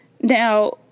Now